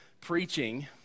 preaching